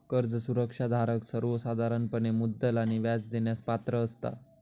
कर्ज सुरक्षा धारक सर्वोसाधारणपणे मुद्दल आणि व्याज देण्यास पात्र असता